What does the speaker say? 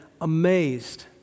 amazed